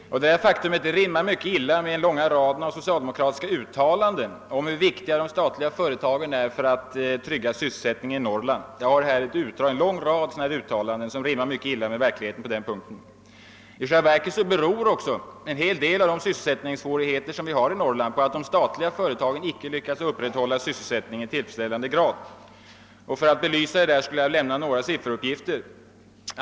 Detta faktum rimmar mycket illa med den långa raden av socialdemokratiska uttalanden om hur viktiga de statliga företagen är för att trygga sysselsättningen i Norrland. Jag har här en förteckning på en hel lång rad uttalanden, som verkligen rimmar mycket illa med verkligheten. I själva verket beror en hel del av sysselsättningssvårigheterna i Norrland på att de statliga företagen inte har lyckats upprätthålla sysselsättningen i tillfredsställande grad. För att belysa detta vill jag nämna några sifferuppgifter.